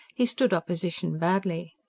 he stood opposition badly.